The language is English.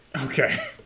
Okay